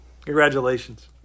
Congratulations